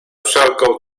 wszelką